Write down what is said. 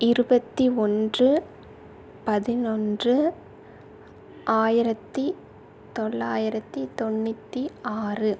இருபத்தி ஒன்று பதினொன்று ஆயிரத்தி தொள்ளாயிரத்தி தொண்ணூற்றி ஆறு